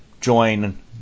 join